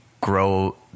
grow